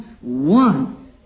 one